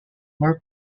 more